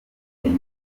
urebe